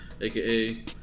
AKA